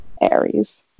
Aries